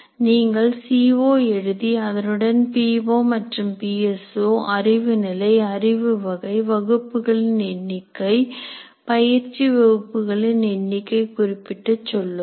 நீங்கள் C O எழுதி அதனுடன் பீ ஓ மற்றும் பிஎஸ் ஓ அறிவு நிலை அறிவு வகை வகுப்புகளின் எண்ணிக்கை பயிற்சி வகுப்புகளின் எண்ணிக்கை குறிப்பிட்டுச் சொல்லுங்கள்